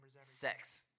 sex